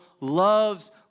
loves